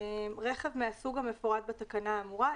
"רכב מהסוג המפורט בתקנה האמורה,